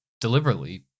deliberately